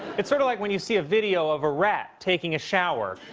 it's sort of like when you see a video of a rat taking a shower